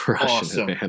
Awesome